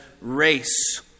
race